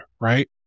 right